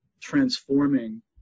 transforming